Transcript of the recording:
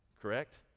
correct